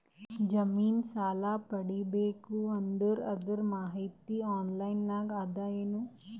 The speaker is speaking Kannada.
ಜಮಿನ ಸಾಲಾ ಪಡಿಬೇಕು ಅಂದ್ರ ಅದರ ಮಾಹಿತಿ ಆನ್ಲೈನ್ ನಾಗ ಅದ ಏನು?